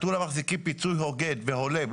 נתנו למחזיקים פיצוי הוגן והולם,